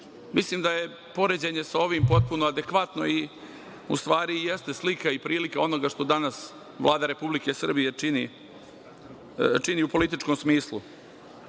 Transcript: sveta. Mislim da je poređenje sa ovim potpuno adekvatno i u stvari i jeste slika i prilika onoga što danas Vlada Republike Srbije čini u političkom smislu.